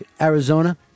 Arizona